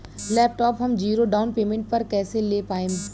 Laptop हम zero down payment पर कैसे ले पाएम?